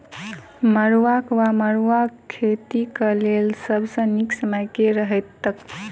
मरुआक वा मड़ुआ खेतीक लेल सब सऽ नीक समय केँ रहतैक?